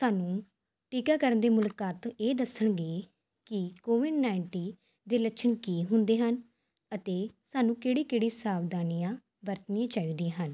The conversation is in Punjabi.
ਸਾਨੂੰ ਟੀਕਾਕਰਨ ਦੀ ਮੁਲਾਕਾਤ ਇਹ ਦੱਸਣਗੇ ਕਿ ਕੋਵਿਡ ਨਾਈਟੀ ਦੇ ਲੱਛਣ ਕੀ ਹੁੰਦੇ ਹਨ ਅਤੇ ਸਾਨੂੰ ਕਿਹੜੀ ਕਿਹੜੀ ਸਾਵਧਾਨੀਆਂ ਵਰਤਣੀਆਂ ਚਾਹੀਦੀਆਂ ਹਨ